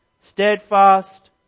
steadfast